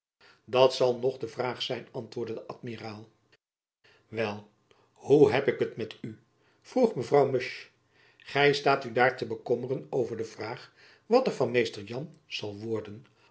dat zal nog de vraag zijn antwoordde de amiraal wel hoe heb ik het met u vroeg mevrouw musch gy staat u daar te bekommeren over de vraag wat er van mr jan zal worden